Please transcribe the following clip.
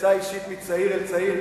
עצה אישית מצעיר אל צעיר,